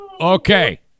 Okay